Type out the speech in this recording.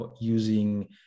using